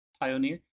Pioneer